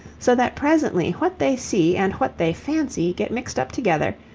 so that presently what they see and what they fancy get mixed up together,